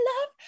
love